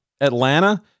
Atlanta